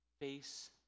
face